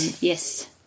Yes